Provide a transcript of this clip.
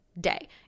day